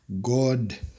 God